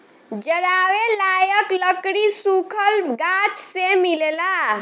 जरावे लायक लकड़ी सुखल गाछ से मिलेला